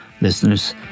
listeners